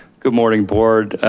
good morning board,